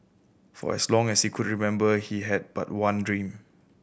for as long as he could remember he had but one dream